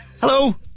hello